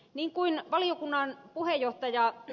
niin kuin valiokunnan puheenjohtaja ed